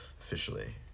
officially